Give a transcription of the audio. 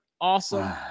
awesome